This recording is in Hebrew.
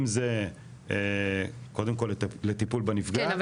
אם זה קודם כל לטיפול בנפגעת --- כן,